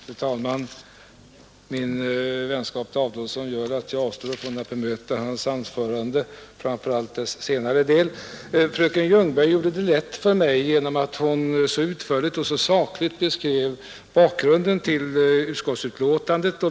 Fru talman! Min vänskap till herr Adolfsson gör att jag avstår från att bemöta hans anförande, framför allt dess senare del. Fröken Ljungberg gjorde det lätt för mig genom att hon så utförligt och så sakligt beskrev bakgrunden till utskottsbetänkandet.